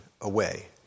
away